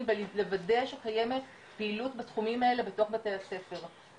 ולוודא שקיימת פעילות בתחומים האלה בתוך בתי הספר.